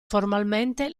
formalmente